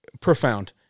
profound